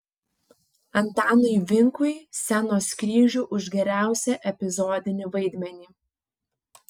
antanui vinkui scenos kryžių už geriausią epizodinį vaidmenį